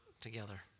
together